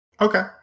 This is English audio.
Okay